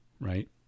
right